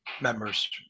Members